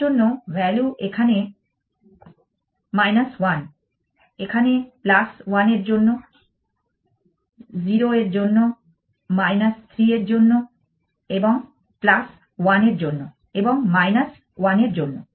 এটার একটা ভ্যালু এখানে 1 এখানে 1 এর জন্য 0 এর জন্য 3 এর জন্য 1 এর জন্য এবং 1 এর জন্য